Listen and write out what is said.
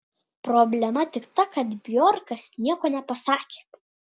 problema tik ta kad bjorkas nieko nepasakė